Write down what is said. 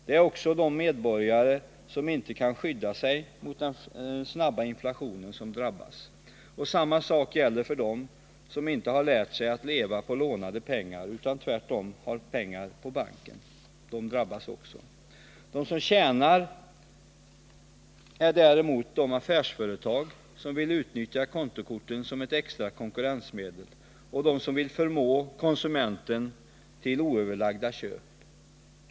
Det är också de medborgare som inte kan skydda sig mot den snabba inflationen som drabbas. Samma sak gäller för dem som inte lärt sig att leva på lånade pengar, utan tvärtom har pengar på banken — de drabbas också. De som tjänar är däremot de affärsföretag som vill utnyttja kontokorten som ett extra konkurrensmedel och de som vill förmå konsumenten till oöverlagda köp.